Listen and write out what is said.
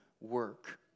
work